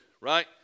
right